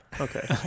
Okay